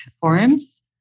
forums